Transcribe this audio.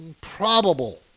probable